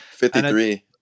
53